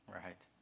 right